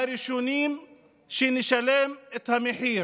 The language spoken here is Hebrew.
מהראשונים שנשלם את המחיר.